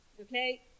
okay